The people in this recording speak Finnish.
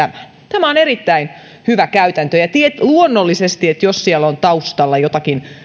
tämä on erittäin hyvä käytäntö luonnollisesti jos siellä on taustalla joitakin